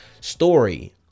story